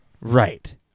Right